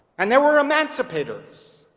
and there were emancipators,